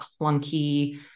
clunky